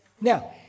Now